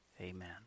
amen